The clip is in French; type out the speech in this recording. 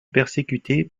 persécutés